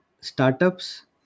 startups